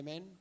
Amen